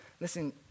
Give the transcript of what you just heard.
listen